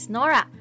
Nora